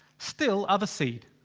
still other seed,